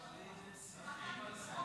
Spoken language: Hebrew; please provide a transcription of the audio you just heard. ואליד, הם שמחים על זה.